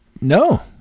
No